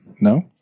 No